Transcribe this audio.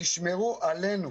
תשמרו עלינו,